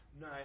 No